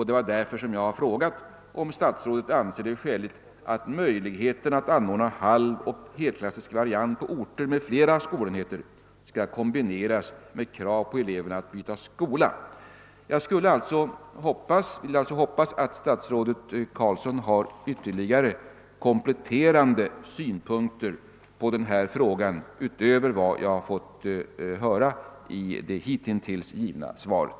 Det var anledningen till att jag frågade, om statsrådet anser det skäligt att möjligheterna att anordna halvoch helklassisk variant på orter med flera skolenheter skall kombineras med krav på eleverna att byta skola. Jag hoppas att statsrådet Carlsson nu kan lämna några ytterligare, kompletterande synpunkter på denna fråga utöver dem som jag fått i det avlämnade svaret.